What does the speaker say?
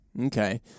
Okay